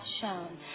shown